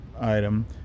item